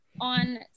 on